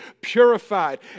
purified